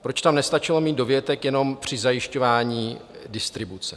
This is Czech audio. Proč tam nestačilo mít dovětek při zajišťování distribuce?